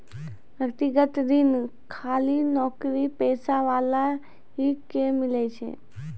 व्यक्तिगत ऋण खाली नौकरीपेशा वाला ही के मिलै छै?